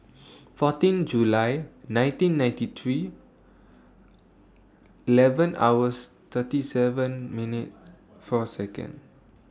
fourteen July nineteen ninety three eleven hours thirty seven minute four Second